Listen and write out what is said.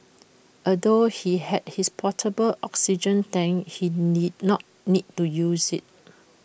although he had his portable oxygen tank he need not need to use IT